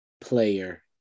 player